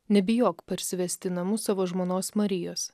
nebijok parsivest į namus savo žmonos marijos